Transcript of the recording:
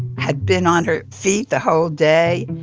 had been on her feet the whole day